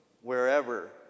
wherever